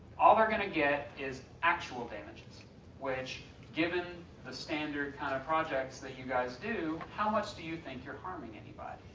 all they're going to get is actual damages which given the standard kind of projects that you guys do, how much do you think you're harming anybody?